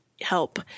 help